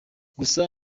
gusa